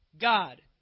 God